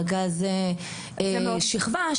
רכז שכבה,